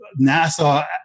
NASA